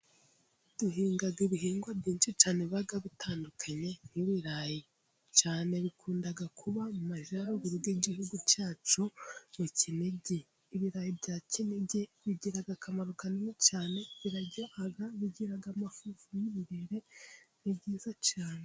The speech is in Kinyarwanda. Duhinga ibihingwa byinshi cyane biba bitandukanye nk'ibirayi cyane bikunda kuba mu Majyaguru y'Igihugu cyacu mu kinigi. Ibirayi bya kinigi bigira akamaro kanini cyane, biraryoha, bigira amafufu mo imbere, ni byiza cyane.